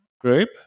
group